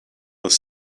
has